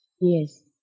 Yes